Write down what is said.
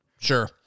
Sure